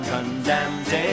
Condemned